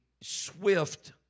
swift